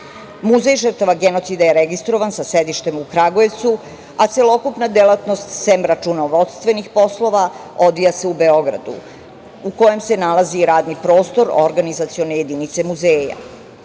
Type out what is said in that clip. Muzej žrtava genocida je registrovan sa sedištem u Kragujevcu, a celokupna delatnost, sem računovodstvenih poslova, odvija se u Beogradu, u kojem se nalazi i radni prostor organizacione jedinice muzeja. Naime,